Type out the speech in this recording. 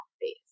phase